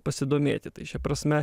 pasidomėti tai šia prasme